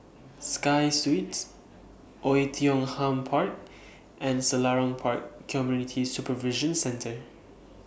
Sky Suites Oei Tiong Ham Park and Selarang Park Community Supervision Centre